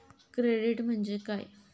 Credit म्हणजे काय?